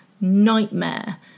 Nightmare